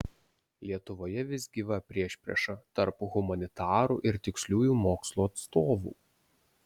lietuvoje vis gyva priešprieša tarp humanitarų ir tiksliųjų mokslų atstovų